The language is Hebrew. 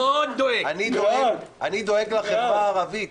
אני דואג לחברה הערבית.